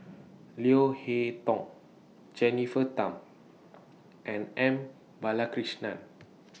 Leo Hee Tong Jennifer Tham and M Balakrishnan